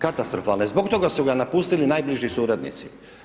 Katastrofalne, zbog toga su ga napustili najbliži suradnici.